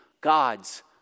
God's